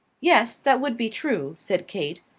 yes, that would be true, said kate,